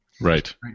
Right